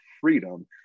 freedom